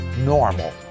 normal